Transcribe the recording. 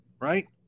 Right